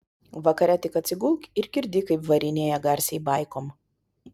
vakare tik atsigulk ir girdi kaip varinėja garsiai baikom